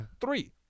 Three